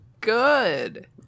good